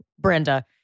Brenda